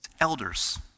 Elders